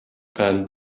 and